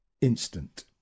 Instant